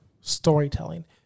storytelling